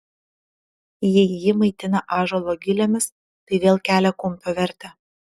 jei ji maitinta ąžuolo gilėmis tai vėl kelia kumpio vertę